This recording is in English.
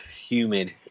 humid